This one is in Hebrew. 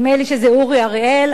נדמה לי שזה אורי אריאל.